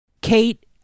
Kate